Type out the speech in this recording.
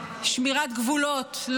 לשמירת גבולות,